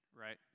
Right